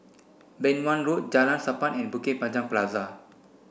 Beng Wan Road Jalan Sappan and Bukit Panjang Plaza